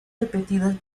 repetidas